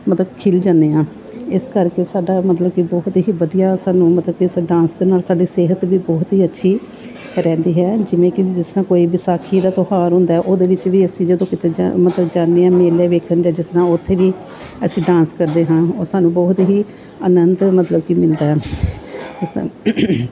ਮਤਲਬ ਖਿਲ ਜਾਂਂਦੇ ਹਾਂ ਇਸ ਕਰਕੇ ਸਾਡਾ ਮਤਲਬ ਕਿ ਬਹੁਤ ਹੀ ਵਧੀਆ ਸਾਨੂੰ ਮਤਲਬ ਕਿ ਸਾਡਾ ਡਾਂਸ ਦੇ ਨਾਲ ਸਾਡੀ ਸਿਹਤ ਵੀ ਬਹੁਤ ਹੀ ਅੱਛੀ ਰਹਿੰਦੀ ਹੈ ਜਿਵੇਂ ਕਿ ਜਿਸ ਤਰ੍ਹਾਂ ਕੋਈ ਵਿਸਾਖੀ ਦਾ ਤਿਉਹਾਰ ਹੁੰਦਾ ਉਹਦੇ ਵਿੱਚ ਵੀ ਅਸੀਂ ਜਦੋਂ ਕਿਤੇ ਜਾਂਦੇ ਮਤਲਬ ਜਾਂਦੇ ਹਾਂ ਮੇਲੇ ਵੇਖਣ ਜਾਂ ਜਿਸ ਤਰ੍ਹਾਂ ਉੱਥੇ ਵੀ ਅਸੀਂ ਡਾਂਸ ਕਰਦੇ ਹਾਂ ਉਹ ਸਾਨੂੰ ਬਹੁਤ ਹੀ ਆਨੰਦ ਮਤਲਬ ਕਿ ਮਿਲਦਾ